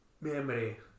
memory